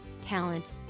talent